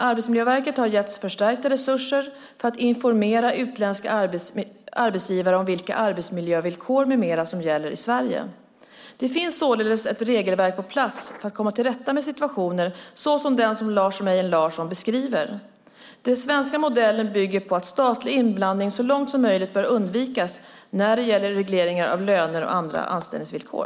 Arbetsmiljöverket har getts förstärkta resurser för att informera utländska arbetsgivare om vilka arbetsmiljövillkor med mera som gäller i Sverige. Det finns således ett regelverk på plats för att komma till rätta med situationer såsom den som Lars Mejern Larsson beskriver. Den svenska modellen bygger på att statlig inblandning så långt som möjligt bör undvikas när det gäller regleringar av löner och andra anställningsvillkor.